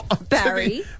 Barry